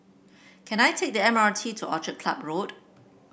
can I take the M R T to Orchid Club Road